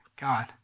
god